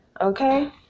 Okay